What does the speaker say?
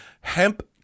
Hemp